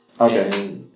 Okay